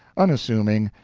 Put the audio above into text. unassuming,